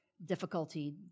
difficulty